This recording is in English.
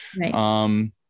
Right